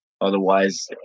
Otherwise